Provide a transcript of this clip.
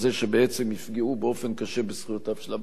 שבעצם יפגעו באופן קשה בזכויותיו של הבנק.